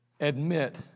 Admit